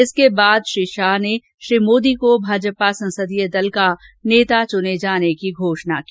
इसके बाद श्री शाह ने श्री मोदी को भाजपा संसदीय दल के नेता चुने जाने की घोषणा की